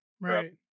Right